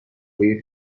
pedir